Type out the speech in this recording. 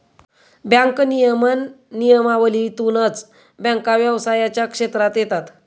bank नियमन नियमावलीतूनच बँका व्यवसायाच्या क्षेत्रात येतात